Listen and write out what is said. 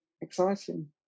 exciting